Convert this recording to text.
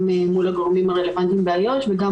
גם מול הגורמים הרלוונטיים באיו"ש וגם